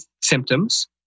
symptoms